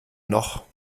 noch